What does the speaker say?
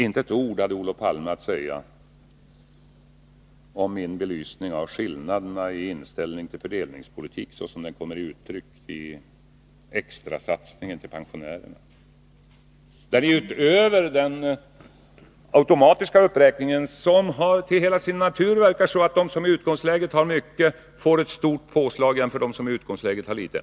Inte ett ord hade Olof Palme att säga om min belysning av skillnaderna i inställning till fördelningspolitiken, såsom den kommer till uttryck i extrasatsningen till pensionärerna. Den automatiska uppräkning som sker verkar till hela sin natur så, att de som i utgångsläget har mycket får ett stort påslag jämfört med dem som i utgångsläget har litet.